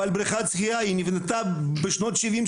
אבל בריכת השחייה היא נבנתה בשנות ה- 70,